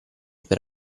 per